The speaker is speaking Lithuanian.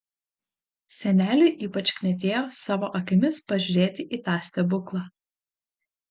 seneliui ypač knietėjo savo akimis pažiūrėti į tą stebuklą